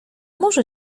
może